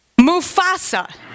Mufasa